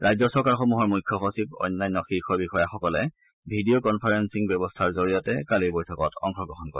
ৰাজ্য চৰকাৰসমূহৰ মুখ্য সচিব অন্যান্য শীৰ্ষ বিষয়াসকলে ভিডিঅ' কনফাৰেঞ্চিং ব্যৱস্থাৰ জৰিয়তে কালিৰ বৈঠকত অংশগ্ৰহণ কৰে